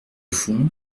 fond